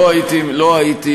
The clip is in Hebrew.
לא הייתי,